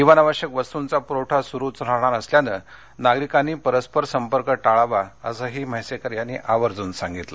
जीवनावश्यक वस्तूंचा पुरवठा सुरूच राहणार असल्यानं नागरिकांनी परस्पर संपर्क टाळावा असंही म्हस्किकर यांनी आवर्जून सांगितलं